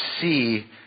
see